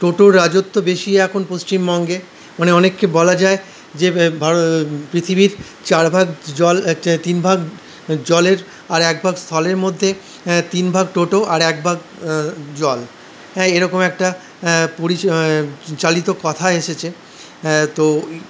টোটোর রাজত্ব বেশি এখন পশ্চিমবঙ্গে মানে অনেককে বলা যায় যে পৃথিবীর চার ভাগ জল তিন ভাগ জলের আর এক ভাগ স্থলের মধ্যে তিন ভাগ টোটো আর এক ভাগ জল হ্যাঁ এরকম একটা পরিচালিত কথা এসেছে হ্যাঁ তো